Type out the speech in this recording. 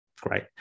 Great